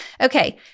Okay